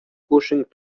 pushing